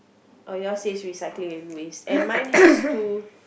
oh yours says recycling and waste and mine has two